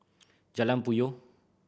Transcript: Jalan Puyoh